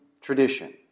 tradition